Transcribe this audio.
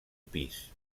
pis